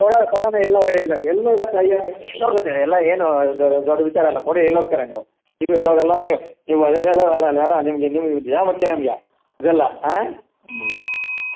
ಕೊಡೋಣ್ ಕೊಡಣ ಎಲ್ಲೋ ಇಲ್ಲ ಎಲ್ಲೋಗುತ್ತೆ ಅಯ್ಯಾ ಎಲ್ಲೋಗುತ್ತೆ ಎಲ್ಲ ಏನೂ ಇದು ದೊಡ್ಡ ವಿಚಾರ ಅಲ್ಲ ಕೊಡಿ ಎಲ್ಲೋಗ್ತೀರಾ ನೀವು ನೀವೂ ಎಲ್ಲೂ ಹೋಗಲ್ಲ ನೀವು ಅಣ್ಣ ನಿಮಗೆ ನಿಮ್ಮ ಮುಖ್ಯ ನಮಗೆ ಇದಲ್ಲ ಹ್ಞೂ